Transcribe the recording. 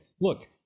look